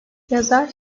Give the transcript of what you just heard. yazar